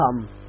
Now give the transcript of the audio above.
Come